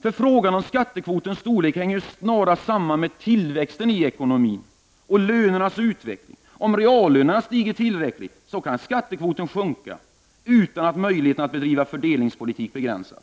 Frågan om skattekvotens storlek hänger snarast samman med tillväxten i ekonomin och lönernas utveckling. Om reallönerna stiger tillräckligt kan skattekvoten sjunka utan att möjligheterna att bedriva fördelningspolitik begränsas.